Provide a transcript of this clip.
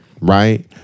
right